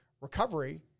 recovery